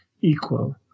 equal